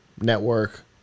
network